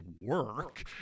work